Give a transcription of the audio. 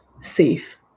safe